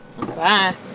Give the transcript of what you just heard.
Bye